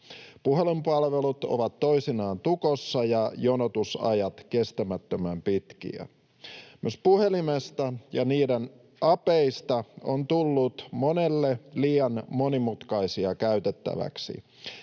Puhelinpalvelut ovat toisinaan tukossa ja jonotusajat kestämättömän pitkiä. Myös puhelimista ja niiden apeista on tullut monelle liian monimutkaisia käytettäviksi.